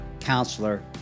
counselor